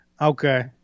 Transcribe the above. Okay